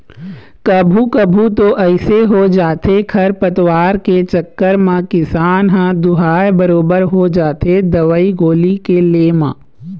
कभू कभू तो अइसे हो जाथे खरपतवार के चक्कर म किसान ह दूहाय बरोबर हो जाथे दवई गोली के ले म